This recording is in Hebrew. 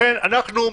לכן אנחנו,